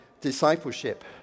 discipleship